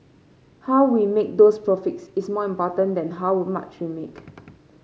how we make those profits is more important than how much we make